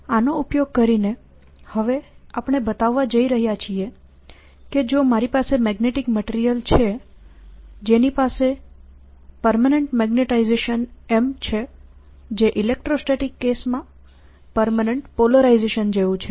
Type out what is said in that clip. આનો ઉપયોગ કરીને હવે આપણે બતાવવા જઈ રહ્યા છીએ કે જો મારી પાસે મેગ્નેટિક મટીરિયલ છે જેની પાસે પરમેનેન્ટ મેગ્નેટાઇઝેશન M છે જે ઇલેક્ટ્રોસ્ટેટિક કેસમાં પરમેનેન્ટ પોલરાઇઝેશન જેવું છે